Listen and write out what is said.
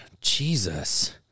Jesus